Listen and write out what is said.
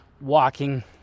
walking